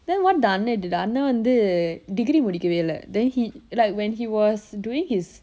then what the அண்ணன்:annan did the அண்ணன் வந்து:annan vanthu degree முடிக்கவே இல்லை:mudikkave ille then he like when he was doing his